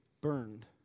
burned